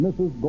Mrs